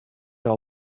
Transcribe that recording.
all